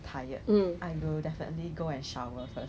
一个五十块 ah 那个 C_D_C voucher